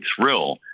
thrill